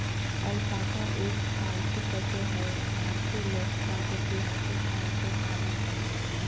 alpaca एक पालतू पशु हई भारतीय लोग प्रागेतिहासिक काल से पालय हई